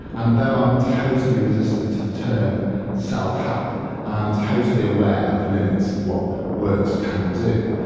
and though i'm totally resistant to the term self-help and i'm totally aware of the limits of what words can do,